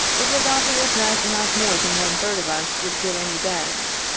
it was obvious that not more than one-third of us would get any beds.